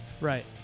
Right